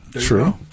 True